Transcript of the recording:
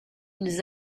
ils